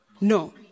No